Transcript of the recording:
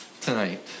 tonight